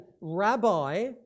rabbi